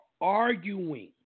arguing